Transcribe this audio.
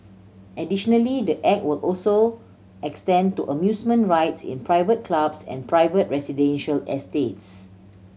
additionally the Act will also extend to amusement rides in private clubs and private residential estates